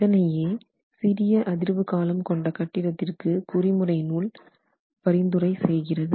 இதனையே சிறிய அதிர்வு காலம் கொண்ட கட்டிடத்திற்கு குறிமுறை நூல் பரிந்துரை செய்கிறது